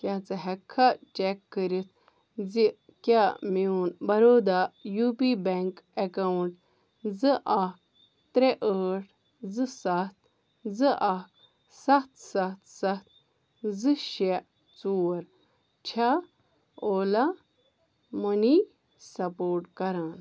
کیٛاہ ژٕ ہیٚکہِ کھا چیٚک کٔرِتھ زِ کیٛاہ میٛون Baroda U P bank account زٕ اکھ ترٛےٚ ٲٹھ زٕ ستھ زٕ اکھ ستھ ستھ ستھ زٕ شےٚ ژور چھا اولا موٚنی سپورٹ کران